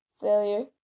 Failure